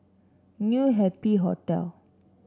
New Happy Hotel